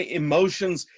emotions